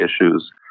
issues